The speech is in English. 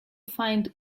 find